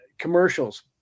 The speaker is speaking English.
Commercials